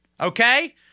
okay